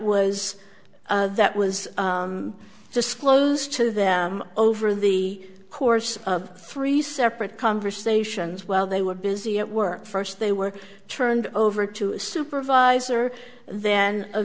was that was disclosed to them over the course of three separate conversations well they were busy at work first they were turned over to a supervisor then